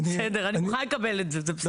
בסדר אני יכולה לקבל את זה.